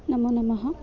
नमो नमः